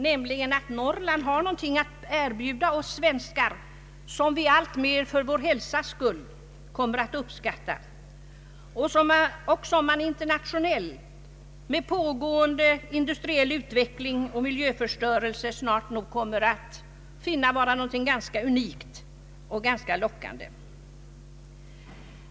nämligen att Norrland har något att erbjuda oss svenskar, som vi alltmer kommer att uppskatta för vår hälsas skull och som man internationellt, med tilltagande industriell utveckling och miljöförstörelse, snart nog kommer att finna vara någonting ganska unikt och lockande.